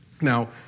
Now